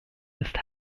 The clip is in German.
ist